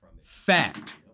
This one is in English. Fact